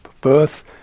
birth